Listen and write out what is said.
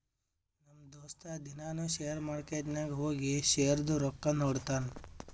ನಮ್ ದೋಸ್ತ ದಿನಾನೂ ಶೇರ್ ಮಾರ್ಕೆಟ್ ನಾಗ್ ಹೋಗಿ ಶೇರ್ದು ರೊಕ್ಕಾ ನೋಡ್ತಾನ್